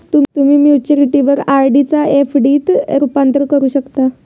तुम्ही मॅच्युरिटीवर आर.डी चा एफ.डी त रूपांतर करू शकता